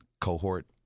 cohort